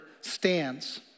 stands